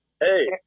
Hey